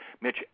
Mitch